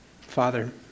Father